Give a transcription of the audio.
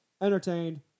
entertained